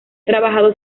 trabajado